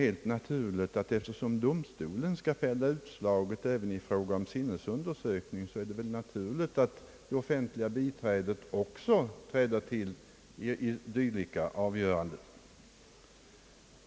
Eftersom domstolen skall fälla utslaget även i fråga om sinnesundersökning, är det väl naturligt att det offentliga biträdet också träder till i dylika avgöranden.